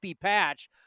patch